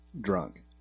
drunk